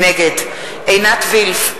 נגד עינת וילף,